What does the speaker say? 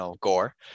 gore